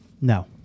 No